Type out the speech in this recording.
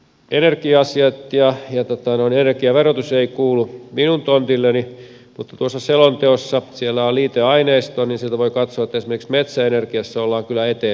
energia asiat ja energiaverotus eivät kuulu minun tontilleni mutta tuossa selonteossa on liiteaineisto ja sieltä voi katsoa että esimerkiksi metsäenergiassa ollaan kyllä eteenpäin menty